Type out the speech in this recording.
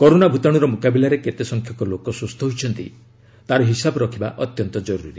corona ଭୂତାଣୁର ମୁକାବିଲାରେ କେତେ ସଂଖ୍ୟକ ଲୋକ ସୁସ୍ଥ ହୋଇଛନ୍ତି ତାର ହିସାବ ରଖିବା ଅତ୍ୟନ୍ତ କରୁରି